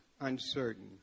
uncertain